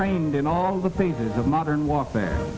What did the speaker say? trained in all the phases of modern warfare